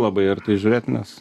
labai arti žiūrėt nes